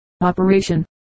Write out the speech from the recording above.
Operation